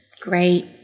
great